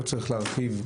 לא צריך להרחיב,